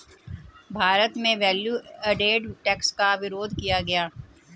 भारत में value added tax का विरोध किया गया